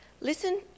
listen